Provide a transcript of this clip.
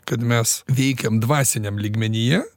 kad mes veikiam dvasiniam lygmenyje